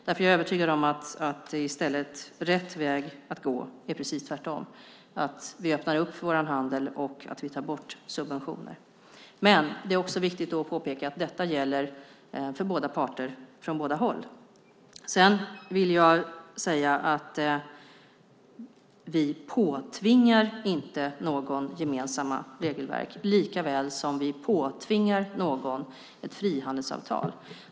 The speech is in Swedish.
Därför är jag övertygad om att rätt väg att gå är precis tvärtom, nämligen att öppna vår handel och ta bort subventioner. Det är också viktigt att påpeka att detta gäller för båda parter - från båda håll. Vi påtvingar inte någon gemensamma regelverk, lika lite som vi påtvingar någon ett frihandelsavtal.